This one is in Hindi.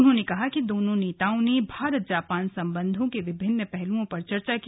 उन्होंने कहा कि दोनों नेताओं ने भारत जापान संबंधों के विभिन्न पहलुओं पर चर्चा की